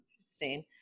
Interesting